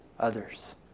others